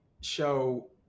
show